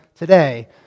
today